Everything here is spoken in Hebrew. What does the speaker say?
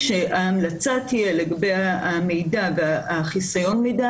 כשההמלצה תהיה לגבי המידע וחיסיון המידע,